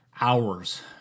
hours